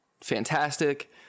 fantastic